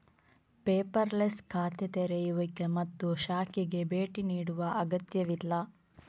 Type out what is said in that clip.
paperless ಖಾತೆ ತೆರೆಯುವಿಕೆ ಮತ್ತು ಶಾಖೆಗೆ ಭೇಟಿ ನೀಡುವ ಅಗತ್ಯವಿಲ್ಲ